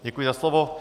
Děkuji za slovo.